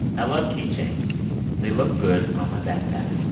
i love key chains they look good on my backpack.